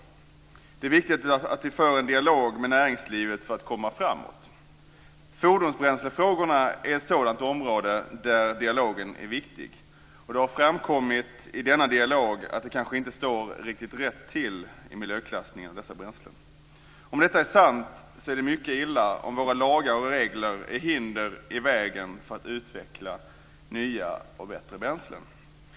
Det är viktigt att vi för en dialog med näringslivet för att komma framåt. Fordonsbränslefrågorna är ett sådant område där dialogen är viktig. Det har framkommit i denna dialog att det kanske inte står riktigt rätt till med miljöklassningen av dessa bränslen. Är detta sant är det mycket illa om våra lagar och regler är hinder i vägen för att utveckla nya och bättre bränslen.